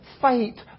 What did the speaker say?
fight